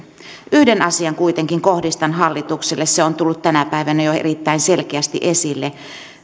yhden asian kuitenkin kohdistan hallitukselle se on tullut tänä päivänä jo erittäin selkeästi esille